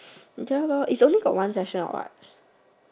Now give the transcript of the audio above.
is just about is only got one session or what